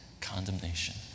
condemnation